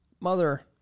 Mother